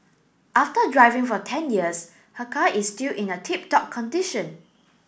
after driving for ten years her car is still in a tip top condition